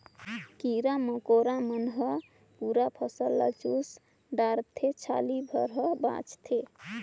कीरा मकोरा मन हर पूरा फसल ल चुस डारथे छाली भर हर बाचथे